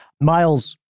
Miles